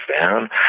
down